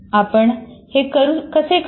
आपण हे कसे करतो